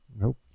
Nope